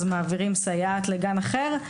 אז מעבירים סייעת לגן אחר.